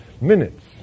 minutes